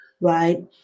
right